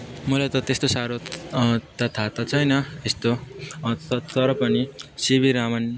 मलाई त त्यस्तो साह्रो त थाहा त छैन त्यस्तो त तर पनि सी भी रमण